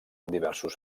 diversos